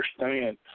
understand